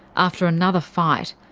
after another fight,